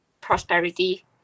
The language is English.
prosperity